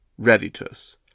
Reditus